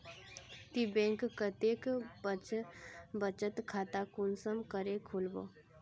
ती बैंक कतेक बचत खाता कुंसम करे खोलबो?